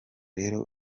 rero